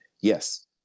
yes